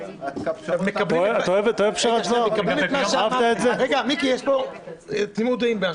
תקבל את מה שאמרתי, יש פה תמימות דעים.